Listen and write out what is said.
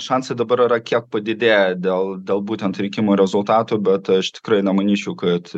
šansai dabar yra kiek padidėjo dėl dėl būtent rinkimų rezultatų bet aš tikrai nemanyčiau kad